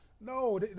No